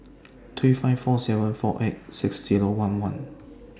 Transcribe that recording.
three five four seven four eight six Zero one one